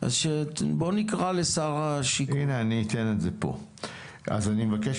אתה לוקח אותי לסוף, אני אגיד משהו